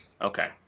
Okay